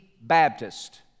Baptist